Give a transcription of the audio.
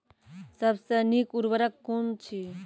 सबसे नीक उर्वरक कून अछि?